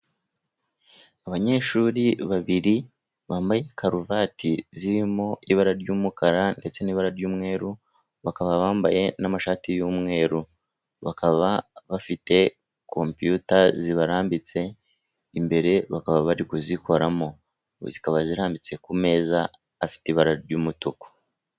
Abanyeshyuri babiri bambaye karuvati zirimo ibara ryumukara , ndetse nibara ry'umweru ,bakaba bambaye namashati y'umweru , bakaba bafite compiyuta zibarambitse Imbere bakaba barikuzikoramo bakaba bazirambitse kumeza afite ibara ry'umutuku.